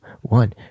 one